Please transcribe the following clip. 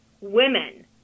women